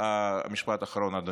משפט אחרון, אדוני.